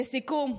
לסיכום,